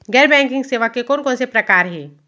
गैर बैंकिंग सेवा के कोन कोन से प्रकार हे?